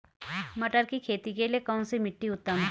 मटर की खेती के लिए कौन सी मिट्टी उत्तम है?